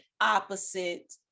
opposite